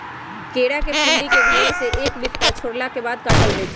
केरा के फुल्ली के घौर से एक बित्ता छोरला के बाद काटल जाइ छै